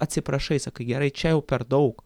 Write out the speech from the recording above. atsiprašai sakai gerai čia jau per daug